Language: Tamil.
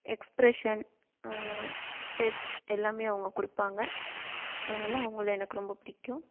எக்ஸ்ப்ரெஷன் ஸ்டெப்ஸ் எல்லாம் அவங்க கொடுப்பாங்க அதனால அவங்கள எனக்கு ரொம்ப பிடிக்கும்